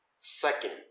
second